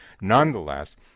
nonetheless